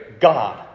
God